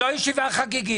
זאת לא ישיבה חגיגית.